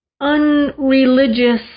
unreligious